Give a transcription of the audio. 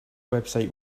website